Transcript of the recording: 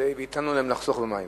והטלנו עליהם לחסוך במים.